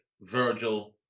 Virgil